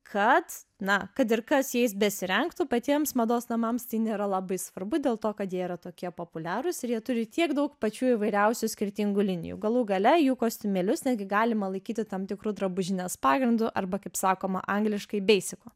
kad na kad ir kas jais besirengtų patiems mados namams tai nėra labai svarbu dėl to kad jie yra tokie populiarūs ir jie turi tiek daug pačių įvairiausių skirtingų linijų galų gale jų kostiumėlius netgi galima laikyti tam tikru drabužinės pagrindu arba kaip sakoma angliškai beisiku